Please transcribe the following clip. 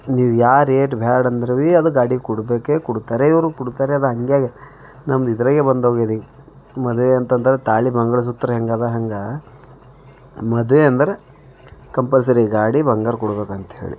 ನೀವು ಯಾರು ಏಟ್ ಬ್ಯಾಡಂದ್ರೆ ಬೀ ಅದು ಗಾಡಿ ಕೋಡ್ಬೇಕೆ ಕೊಡ್ತಾರೆ ಇವರು ಕೊಡ್ತಾರೆ ಅದು ಹಾಗೆ ನಮ್ಮ ಇದ್ರಾಗೆ ಬಂದೋಗದೆ ಮದುವೆ ಅಂತಂದ್ರ ತಾಳಿ ಮಂಗಲಸೂತ್ರ ಹೆಂಗದಾ ಹಂಗೆ ಮದುವೆ ಅಂದ್ರೆ ಕಂಪಲ್ಸರಿ ಗಾಡಿ ಬಂಗಾರ ಕೊಡ್ಬೇಕಂಥೇಳಿ